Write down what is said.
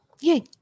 Yay